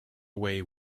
away